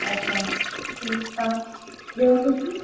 अच्छा ठीकु आहे ॿियो कुझु